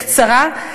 בקצרה,